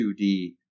2D